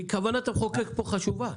כי כוונת המחוקק פה חשובה,